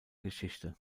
geschichte